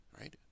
right